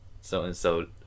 So-and-So